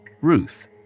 Ruth